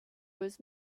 was